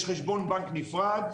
יש חשבון בנק נפרד,